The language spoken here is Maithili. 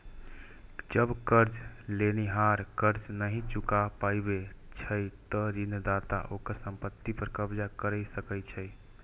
जब कर्ज लेनिहार कर्ज नहि चुका पाबै छै, ते ऋणदाता ओकर संपत्ति पर कब्जा कैर सकै छै